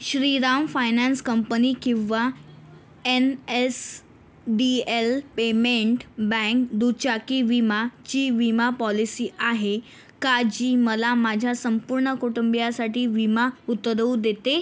Shriram finance company किंवा N S D L payment bank दुचाकी विमाची विमा पॉलिसी आहे का जी मला माझ्या संपूर्ण कुटुंबियांसाठी विमा उतरवू देते